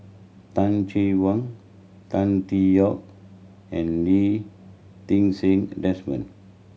Tan Che Wang Tan Tee Yoke and Lee Ti Seng Desmond